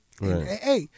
Hey